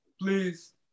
please